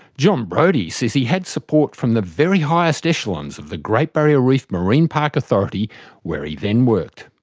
jon brodie says he had support from the very highest echelons of the great barrier reef marine park authority where he then worked.